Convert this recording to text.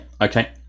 okay